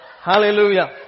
Hallelujah